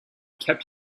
kept